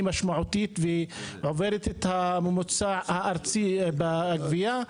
משמעותית שעוברת את הממוצע הארצי בגבייה,